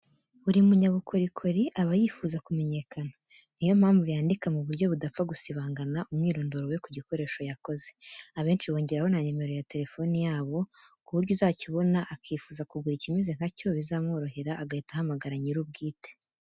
Buri munyabukorikori aba yifuza kumenyekana, ni yo mpamvu yandika mu buryo budapfa gusibangana umwirondoro we ku gikoresho yakoze, abenshi bongeraho na nomero ya telefoni yabo, ku buryo uzakibona akifuza kugura ikimeze nka cyo bizamworohera, agahita ahamagara nyir'ubwite.